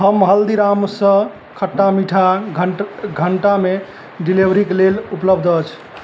हम हल्दीरामसँ खट्टा मीठा घण्ट घण्टामे डिलिवरीके लेल उपलब्ध अछि